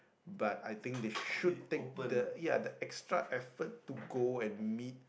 but I think they should take the ya the extra effort to go and meet